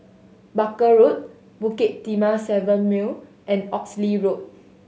Barker Road Bukit Timah Seven Mile and Oxley Road